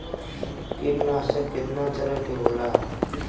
कीटनाशक केतना तरह के होला?